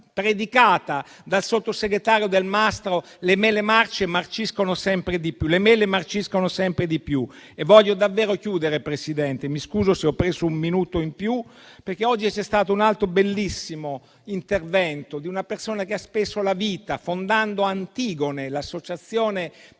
predicata dal sottosegretario Delmastro Delle Vedove, le mele marciscono sempre di più. Voglio davvero chiudere, signor Presidente, e mi scuso se ho preso un minuto in più. Oggi c'è stato un altro bellissimo intervento di una persona che ha speso la vita fondando Antigone, l'associazione che